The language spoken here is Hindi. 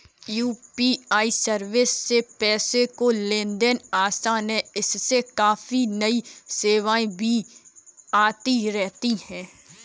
यू.पी.आई सर्विस से पैसे का लेन देन आसान है इसमें काफी नई सेवाएं भी आती रहती हैं